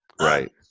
Right